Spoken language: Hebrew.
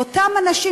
ואותם אנשים,